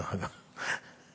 דרך אגב,